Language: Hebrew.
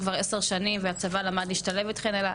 כבר עשר שנים ושהצבא למד להשתלב איתכם,